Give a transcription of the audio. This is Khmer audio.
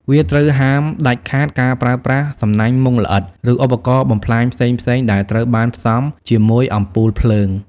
វាត្រូវហាមឃាត់ដាច់ខាតការប្រើប្រាស់សំណាញ់មុងល្អិត ឬឧបករណ៍បំផ្លាញផ្សេងៗដែលត្រូវបានផ្សំជាមួយអំពូលភ្លើង។